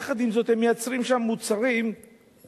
יחד עם זאת, הם מייצרים שם מוצרים שמבחינת